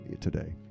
today